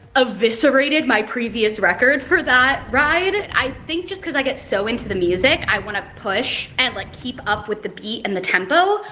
eviscerated my previous record for that ride. i think just cause i get so into the music, i want to push and like keep up with the beat and the tempo,